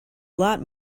lot